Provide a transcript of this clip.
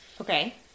Okay